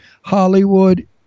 Hollywood